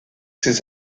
ses